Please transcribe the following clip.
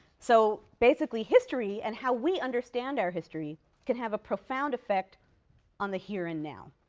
so basically, history and how we understand our history can have a profound effect on the here and now.